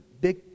big